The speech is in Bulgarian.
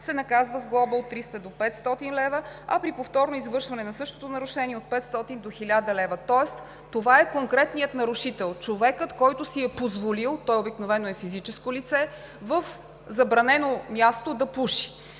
се наказва с глоба от 300 до 500 лв., а при повторно извършване на същото нарушение – от 500 до 1000 лв. Тоест това е конкретният нарушител – човекът, който си е позволил, това обикновено е физическо лице в забранено място да пуши.